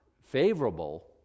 favorable